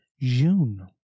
June